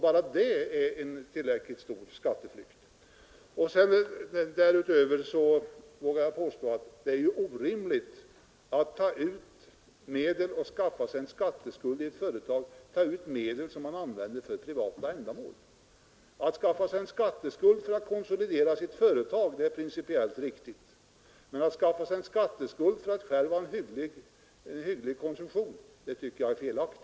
Bara det är en tillräckligt stor skatteflykt. Därutöver vågar jag påstå att det är orimligt att skaffa sig en skatteskuld i ett företag genom att ta ut medel som man använder för privat ändamål. Att skaffa sig en skatteskuld för att konsolidera sitt företag är principiellt riktigt, men att göra det för att ordna en hygglig konsumtion åt sig själv tycker jag är felaktigt.